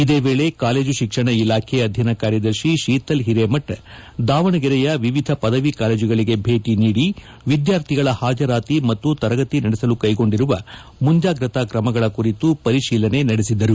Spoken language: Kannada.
ಇದೇ ವೇಳೆ ಕಾಲೇಜು ಶಿಕ್ಷಣ ಇಲಾಖೆ ಅಧೀನ ಕಾರ್ಯದರ್ಶಿ ಶೀತಲ್ ಹಿರೇಮಠ್ ದಾವಣಗೆರೆಯ ವಿವಿಧ ಪದವಿ ಕಾಲೇಜುಗಳಿಗೆ ಭೇಟ ನೀಡಿ ವಿದ್ಯಾರ್ಥಿಗಳ ಹಾಜರಾತಿ ಮತ್ತು ತರಗತಿ ನಡೆಸಲು ಕೈಗೊಂಡಿರುವ ಮುಂಜಾಗ್ರತ ಕ್ರಮಗಳ ಕುರಿತು ಪರಿಶೀಲನೆ ನಡೆಸಿದರು